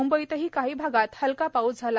म्ंबईतही काही भागात हलका पाऊस झाला